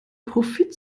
profit